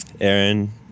Aaron